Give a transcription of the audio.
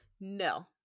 no